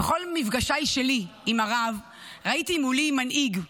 בכל מפגשיי שלי עם הרב ראיתי מולי מנהיג,